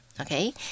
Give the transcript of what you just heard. Okay